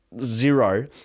zero